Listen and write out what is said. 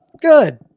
good